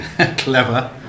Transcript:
Clever